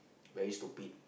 very stupid